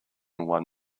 one